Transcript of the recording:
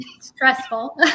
stressful